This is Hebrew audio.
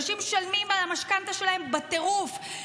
אנשים משלמים על המשכנתה שלהם בטירוף.